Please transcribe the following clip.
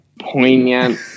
poignant